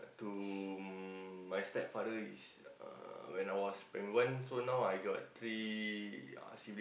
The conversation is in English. to my stepfather is uh when I was primary one so now I got three uh sibling